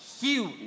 huge